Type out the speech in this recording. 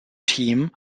team